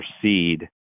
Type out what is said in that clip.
proceed